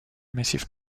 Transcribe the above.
massifs